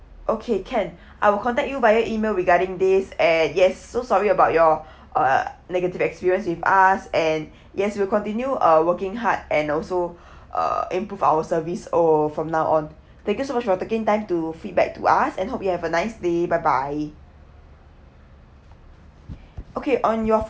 okay can I will contact you via email regarding these yes so sorry about your uh negative experience with us and yes we'll continue uh working hard and also uh improve our service oh from now on thank you so much for taking time to feedback to us and hope you have a nice day bye bye okay on your